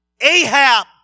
Ahab